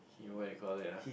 he what it called it ah